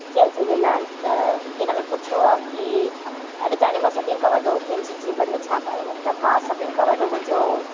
जय झूलेलाल त इन में पुछियो आहे की अॼु ताईं मां सभिनि खां वॾो पंहिंजे जीवन में छा पायो आहे त मां सभिनि खां वॾो मुंहिंजो